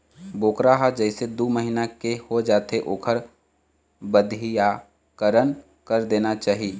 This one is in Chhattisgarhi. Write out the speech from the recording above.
बोकरा ह जइसे दू महिना के हो जाथे ओखर बधियाकरन कर देना चाही